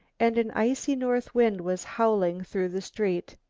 and an icy north wind was howling through the streets.